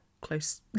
close